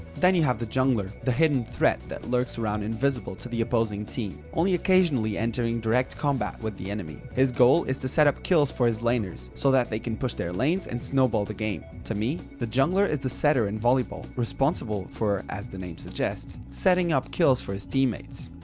then you have the jungler, the hidden threat that lurks around invisible to the opposing team only occasionally entering direct combat with the enemy. his goal is to set up kills for his laners, so that they can push their lanes and snowball the game. to me, the jungler is the setter in volleyball, responsible for, as the name suggests, setting up kills for his teammates.